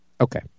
Okay